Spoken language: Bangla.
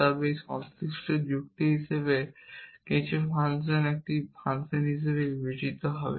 তবে এটি সংশ্লিষ্টদের যুক্তি হিসাবে কিছু ফাংশন একটি ফাংশন হিসাবে বিবেচিত হবে